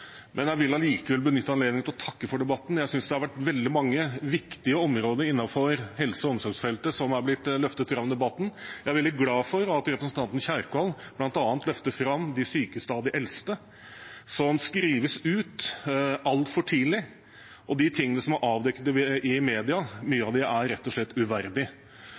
Men jeg vil allikevel benytte anledningen til å takke for debatten. Jeg synes det har vært veldig mange viktige områder innenfor helse- og omsorgsfeltet som er blitt løftet fram i debatten. Jeg er veldig glad for at representanten Kjerkol bl.a. løfter fram de sykeste av de eldste som skrives ut altfor tidlig, og mye av det som er blitt avdekket i mediene, er rett og slett uverdig.